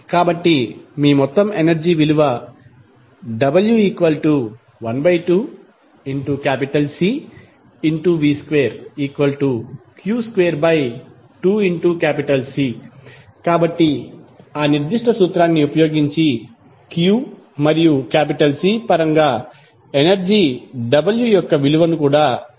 కాబట్టి మీ మొత్తం ఎనర్జీ విలువ w12Cv2q22C కాబట్టి ఆ నిర్దిష్ట సూత్రాన్ని ఉపయోగించి q మరియు C పరంగా ఎనర్జీ W యొక్క విలువను కూడా తెలుసుకోవచ్చు